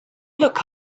look